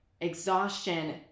exhaustion